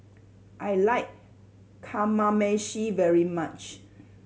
I like Kamameshi very much